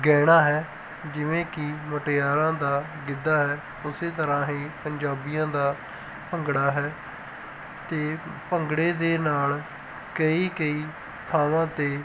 ਗਹਿਣਾ ਹੈ ਜਿਵੇਂ ਕਿ ਮੁਟਿਆਰਾਂ ਦਾ ਗਿੱਧਾ ਹੈ ਉਸੇ ਤਰ੍ਹਾਂ ਹੀ ਪੰਜਾਬੀਆਂ ਦਾ ਭੰਗੜਾ ਹੈ ਅਤੇ ਭੰਗੜੇ ਦੇ ਨਾਲ ਕਈ ਕਈ ਥਾਵਾਂ 'ਤੇ